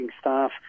staff